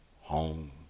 home